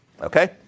okay